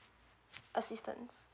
assistance